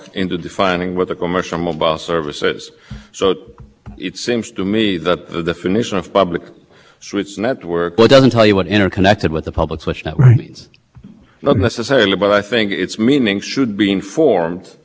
function to ubiquitous things are not functionally equivalent just because they're both ubiquitous the postal network is ubiquitous but the internet and the postal network are not functional equivalent and i've checked the citations that interveners counsel just mentioned we never said